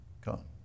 come